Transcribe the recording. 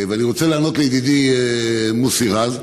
ואני רוצה לענות לידידי מוסי רז,